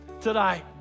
today